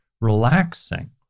relaxing